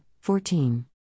fourteen